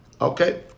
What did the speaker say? Okay